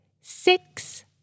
six